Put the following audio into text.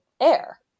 air